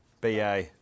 BA